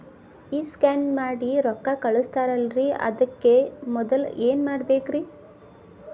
ಈ ಸ್ಕ್ಯಾನ್ ಮಾಡಿ ರೊಕ್ಕ ಕಳಸ್ತಾರಲ್ರಿ ಅದಕ್ಕೆ ಮೊದಲ ಏನ್ ಮಾಡ್ಬೇಕ್ರಿ?